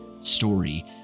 story